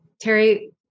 Terry